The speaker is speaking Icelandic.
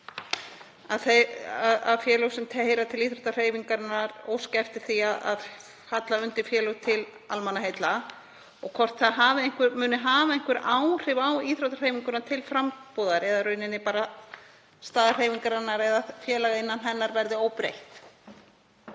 þau félög sem tilheyra íþróttahreyfingunni óski eftir því að falla undir félög til almannaheilla og hvort það muni hafa einhver áhrif á íþróttahreyfinguna til frambúðar eða hvort staða hreyfingarinnar eða félaga innan hennar verði óbreytt.